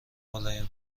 ملایم